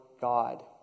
God